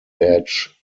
badge